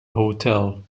hotel